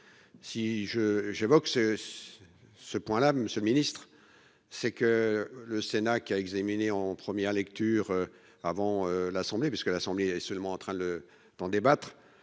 je j'évoque ce. Ce point là Monsieur le Ministre, c'est que le Sénat qui a examiné en première lecture avant l'assemblée parce que l'Assemblée seulement en train le d'en débattre